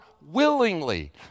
willingly